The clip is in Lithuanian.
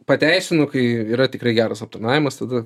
pateisinu kai yra tikrai geras aptarnavimas tada